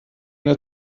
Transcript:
der